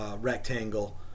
Rectangle